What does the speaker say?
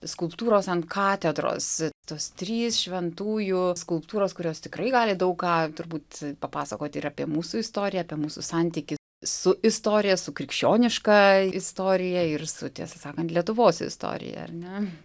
skulptūros ant katedros tos trys šventųjų skulptūros kurios tikrai gali daug ką turbūt papasakoti ir apie mūsų istoriją apie mūsų santykį su istorija su krikščioniška istorija ir su tiesą sakant lietuvos istorija ar ne